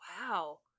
wow